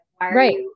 Right